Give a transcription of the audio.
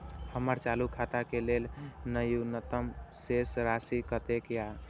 हमर चालू खाता के लेल न्यूनतम शेष राशि कतेक या?